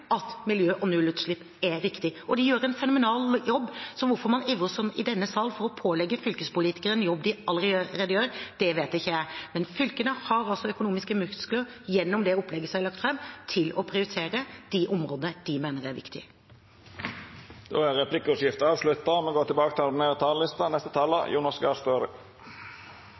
at miljø og nullutslipp er viktig. Og de gjør en fenomenal jobb, så hvorfor man ivrer sånn i denne sal for å pålegge fylkespolitikerne en jobb de allerede gjør, vet ikke jeg. Fylkene har altså økonomiske muskler gjennom det opplegget som er lagt fram, til å prioritere de områdene de mener er viktige. Replikkordskiftet er avslutta. Arbeiderpartiet vil ha et samfunn med sterke fellesskap og små forskjeller. Det er bare mulig dersom kommunene våre har råd til